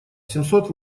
семьсот